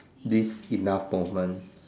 this enough moment